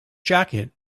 jacket